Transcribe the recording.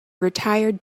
retired